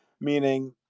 meaning